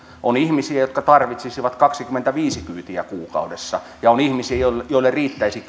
on ihmisiä jotka tarvitsisivat kaksikymmentäviisi kyytiä kuukaudessa ja on ihmisiä joille riittäisi